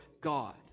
God